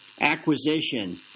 acquisition